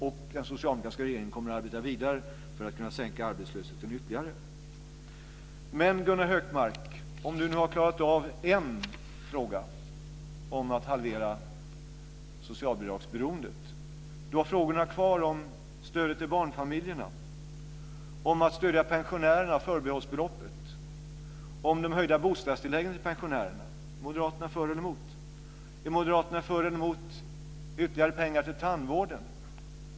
Och den socialdemokratiska regeringen kommer att arbeta vidare för att kunna minska arbetslösheten ytterligare. Men om Gunnar Hökmark nu har klarat av en fråga om att halvera socialbidragsberoendet, så har han frågorna om stödet till barnfamiljerna, om stödet till pensionärerna, förbehållsbeloppet och om de höjda bostadstilläggen till pensionärerna kvar. Är moderaterna för eller mot? Är moderaterna för eller mot ytterligare pengar till tandvården?